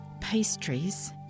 pastries